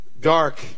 dark